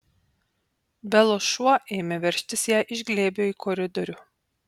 belos šuo ėmė veržtis jai iš glėbio į koridorių